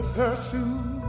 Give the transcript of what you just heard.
pursue